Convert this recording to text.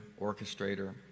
orchestrator